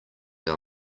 our